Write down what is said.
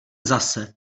zase